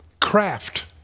craft